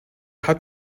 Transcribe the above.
hat